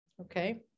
Okay